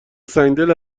سنگدل